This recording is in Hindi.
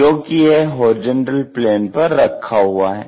क्योंकि यह HP पर रखा हुआ है